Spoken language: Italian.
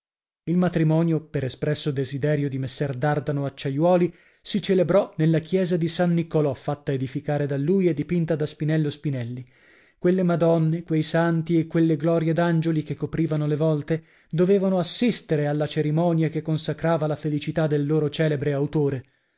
il matrimonio per espresso desiderio di messer dardano acciaiuoli si celebrò nella chiesa di san niccolò fatta edificare da lui e dipinta da spinello spinelli quelle madonne quei santi e quelle glorie d'angioli che coprivano le volte dovevano assistere alla cerimonia che consacrava la felicità del loro celebre autore